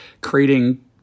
creating